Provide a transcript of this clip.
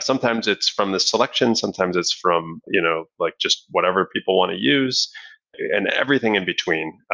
sometimes it's from the selections. sometimes it's from you know like just whatever people want to use and everything in between.